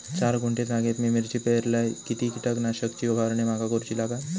चार गुंठे जागेत मी मिरची पेरलय किती कीटक नाशक ची फवारणी माका करूची लागात?